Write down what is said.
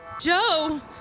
Joe